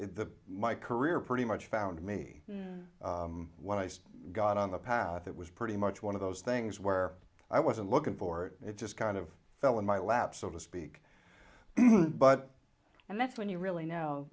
the my career pretty much found me when i got on the path it was pretty much one of those things where i wasn't looking for it it just kind of fell in my lap so to speak but and that's when you really know